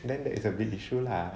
then there is a big issue lah